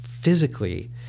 physically